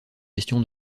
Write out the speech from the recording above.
gestion